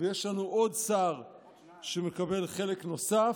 ויש לנו עוד שר שמקבל חלק נוסף,